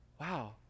wow